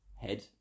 head